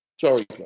sorry